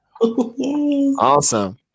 Awesome